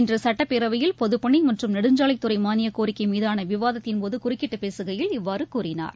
இன்று சட்டப்பேரவையில் பொதப்பணி மற்றும் நெடுஞ்சாலைத்துறை மானியக் கோரிக்கை மீதான விவாதத்தின்போது குறுக்கிட்டுப் பேசுகையில் இவ்வாறு கூறினார்